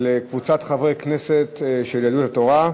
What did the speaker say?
של קבוצת חברי הכנסת של יהדות התורה,